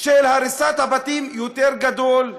של הריסת הבתים יותר גדול,